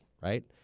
right